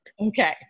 Okay